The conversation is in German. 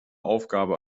aufgabe